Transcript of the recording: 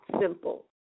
simple